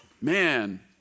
Man